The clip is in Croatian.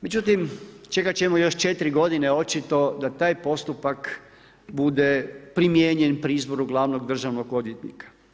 Međutim, čekati ćemo još 4 g. očito da taj postupak bude primijenjen pri izboru glavnog državnog odvjetnika.